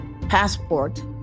passport